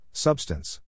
Substance